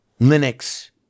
Linux